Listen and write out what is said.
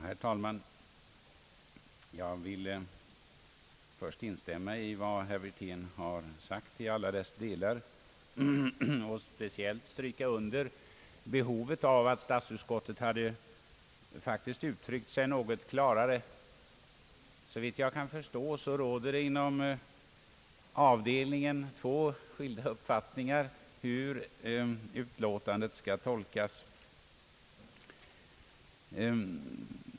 Herr talman! Jag vill först till alla delar instämma i herr Wirténs anförande och speciellt stryka under behovet av att statsutskottet faktiskt hade uttryckt sig något klarare. Såvitt jag kan förstå råder inom avdelningen två skilda uppfattningar om hur utlåtandet skall tolkas.